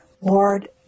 Lord